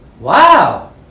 Wow